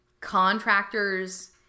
contractors